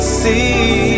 see